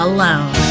Alone